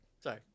Sorry